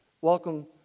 welcome